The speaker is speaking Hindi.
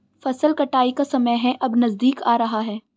फसल कटाई का समय है अब नजदीक आ रहा है